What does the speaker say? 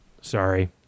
Sorry